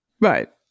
Right